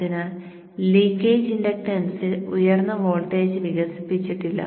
അതിനാൽ ലീക്കേജ് ഇൻഡക്റ്റൻസിൽ ഉയർന്ന വോൾട്ടേജ് വികസിപ്പിച്ചിട്ടില്ല